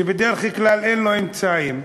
שבדרך כלל אין לו אמצעים,